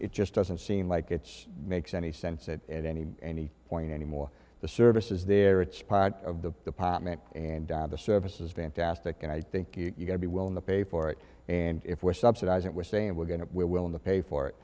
it just doesn't seem like it's makes any sense at any any point anymore the service is there it's part of the department and the service is fantastic and i think you've got to be willing to pay for it and if we're subsidizing we're saying we're going to we're willing to pay for it